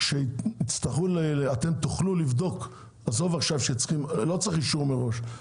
לא צריך אישור מראש,